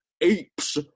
apes